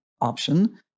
option